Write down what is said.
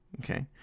Okay